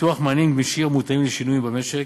פיתוח מענים גמישים המותאמים לשינויים במשק,